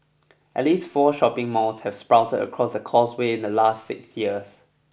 at least four shopping malls have sprouted across the Causeway in the last six years